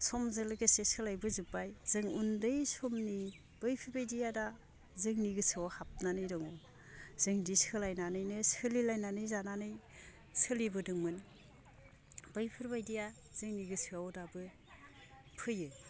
समजो लोगोसे सोलायबोजोबबाय जों उन्दै समनि बैफोरबायदिया दा जोंनि गोसोआव हाबनानै दङ जोंदि सोलायनानैनो सोलिनानै जानानै सोलिबोदोंमोन बैफोरबायदिया जोंनि गोसोआव दाबो फैयो